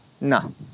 No